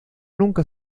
nunca